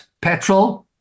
petrol